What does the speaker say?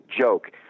joke